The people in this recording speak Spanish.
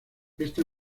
esta